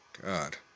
God